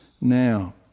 now